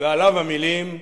ועליו המלים: